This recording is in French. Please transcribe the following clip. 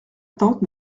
tante